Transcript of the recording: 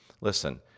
Listen